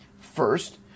First